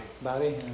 Bobby